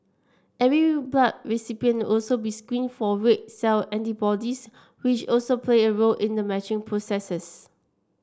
every blood recipient also be screened for red cell antibodies which also play a role in the matching process